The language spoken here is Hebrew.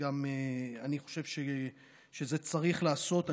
ואני גם חושב שזה צריך להיעשות.